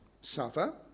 suffer